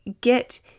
get